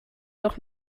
doch